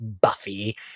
Buffy